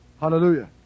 Hallelujah